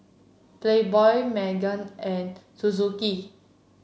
Playboy Megan and Suzuki